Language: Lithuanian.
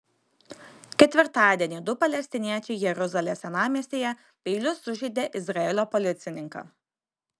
ketvirtadienį du palestiniečiai jeruzalės senamiestyje peiliu sužeidė izraelio policininką